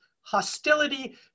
hostility